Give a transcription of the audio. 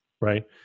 right